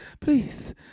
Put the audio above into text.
please